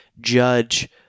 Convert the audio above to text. judge